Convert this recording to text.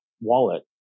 wallet